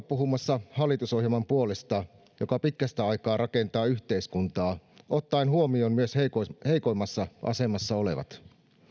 puhumassa hallitusohjelman puolesta joka pitkästä aikaa rakentaa yhteiskuntaa ottaen huomioon myös heikoimmassa asemassa olevat